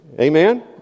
Amen